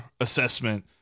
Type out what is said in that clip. assessment